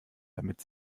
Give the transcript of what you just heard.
damit